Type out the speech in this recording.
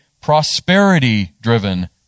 prosperity-driven